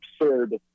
absurd